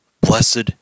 Blessed